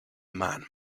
man